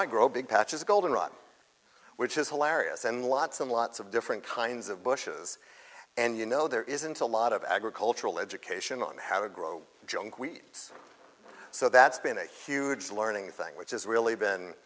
i grow big patches goldenrod which is hilarious and lots and lots of different kinds of bushes and you know there isn't a lot of agricultural education on how to grow junk we see so that's been a huge learning thing which is really been